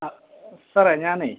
അ സാറെ ഞാനേ